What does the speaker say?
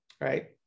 right